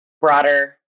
broader